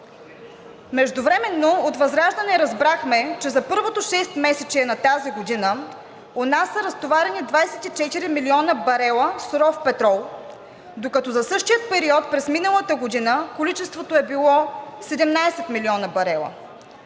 Междувременно от ВЪЗРАЖДАНЕ разбрахме, че за първото 6-месечие на тази година у нас са разтоварени 24 млн. барела суров петрол, докато за същия период през миналата година количеството е било 17 млн. барела.